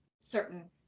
certain